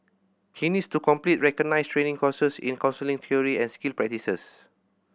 he needs to complete recognised training courses in counselling theory and skill practice